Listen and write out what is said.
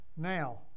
Now